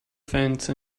fence